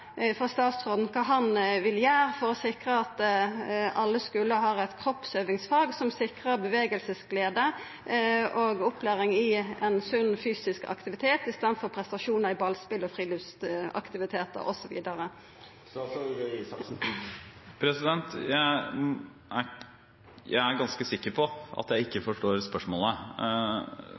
frå statsråden kva han vil gjera for å sikra at alle skular har eit kroppsøvingsfag som sikrar bevegelsesglede og opplæring i ein sunn fysisk aktivitet i staden for prestasjonar i ballspel, friluftsaktivitetar osv. Jeg er ganske sikker på at jeg ikke forstår spørsmålet.